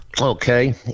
Okay